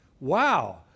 Wow